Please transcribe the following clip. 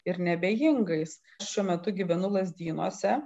ir neabejingais šiuo metu gyvenu lazdynuose